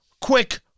quick